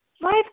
Life